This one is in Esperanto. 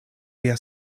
via